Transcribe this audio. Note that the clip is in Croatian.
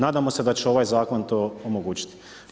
Nadamo se da će ovaj zakon to omogućiti.